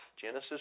Genesis